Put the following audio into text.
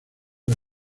del